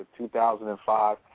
2005